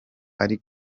ari